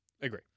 Agree